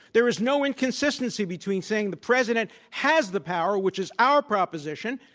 there is no inconsistency between saying the president has the power, which is our proposition,